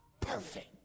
Perfect